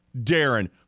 Darren